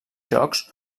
jocs